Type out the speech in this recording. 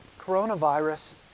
coronavirus